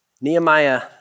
Nehemiah